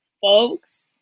folks